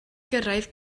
gyrraedd